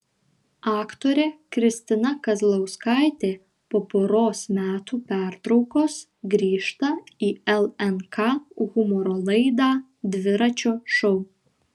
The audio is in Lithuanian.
aktorė kristina kazlauskaitė po poros metų pertraukos grįžta į lnk humoro laidą dviračio šou